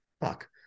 fuck